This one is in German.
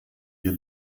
ihr